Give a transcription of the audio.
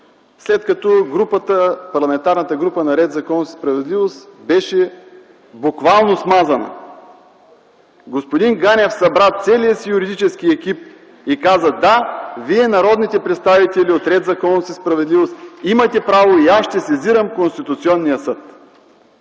след като Парламентарната група на „Ред, законност и справедливост” беше буквално смазана. Господин Ганев събра целия си юридически екип и каза: „Да, вие – народните представители от „Ред, законност и справедливост”, имате право. Аз ще сезирам Конституционния съд.”